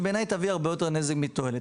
שבעיניי תביא הרבה יותר נזק מתועלת.